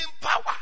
power